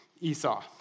Esau